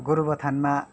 गोरुबथानमा